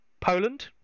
Poland